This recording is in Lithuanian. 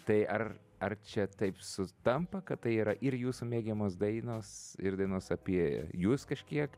tai ar ar čia taip sutampa kad tai yra ir jūsų mėgiamos dainos ir dainos apie jus kažkiek